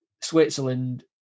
Switzerland